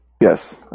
Yes